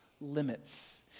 limits